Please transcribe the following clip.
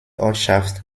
ortschaft